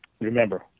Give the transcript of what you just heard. remember